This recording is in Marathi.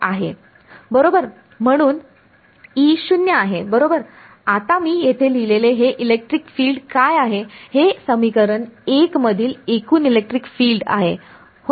बरोबर एकूण E 0 आहे बरोबर आता मी येथे लिहिलेले हे इलेक्ट्रिक फील्ड काय आहे हे समीकरण 1 मधील एकूण इलेक्ट्रिक फील्ड आहे होय ना